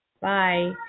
Bye